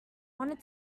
wanted